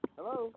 Hello